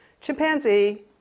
chimpanzee